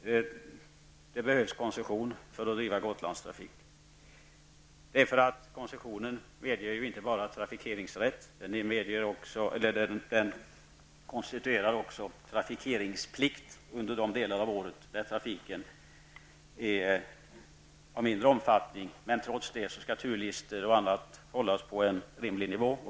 Det behövs koncession för att driva Gotlandstrafiken. Koncessionen medger ju inte bara trafikeringsrätt, den konstituerar också trafikeringsplikt. Även under de dagar av året då trafiken är av mindre omfattning skall turlistor osv. hållas på en rimlig nivå.